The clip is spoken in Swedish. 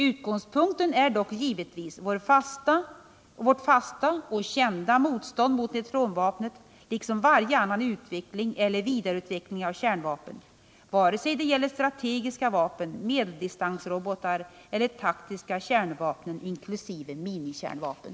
Utgångspunkten är dock givetvis vårt fasta och kända motstånd mot neutronvapnet liksom varje annan utveckling eller vidareutveckling av kärnvapen, vare sig det gäller strategiska vapen, medeldistansrobotar eller taktiska kärnvapen inklusive minikärnvapen.